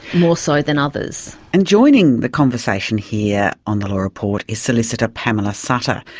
more so than others. and joining the conversation here on the law report is solicitor pamela suttor.